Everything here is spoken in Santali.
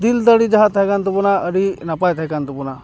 ᱫᱤᱞ ᱫᱟᱲᱮ ᱡᱟᱦᱟᱸ ᱛᱟᱦᱮᱸ ᱠᱟᱱ ᱛᱟᱵᱚᱱᱟ ᱟᱹᱰᱤ ᱱᱟᱯᱟᱭ ᱛᱟᱦᱮᱸ ᱠᱟᱱ ᱛᱟᱵᱚᱱᱟ